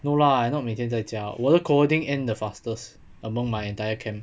no lah not 每天在家我的 quarantine end the fastest among my entire camp